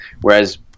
whereas